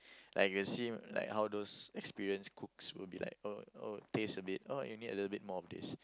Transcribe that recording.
like you see like how those experienced cooks will be like oh oh taste a bit oh you need a little bit more of this